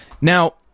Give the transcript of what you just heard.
now